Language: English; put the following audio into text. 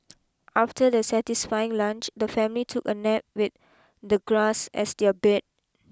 after their satisfying lunch the family took a nap with the grass as their bed